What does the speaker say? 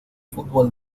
fútbol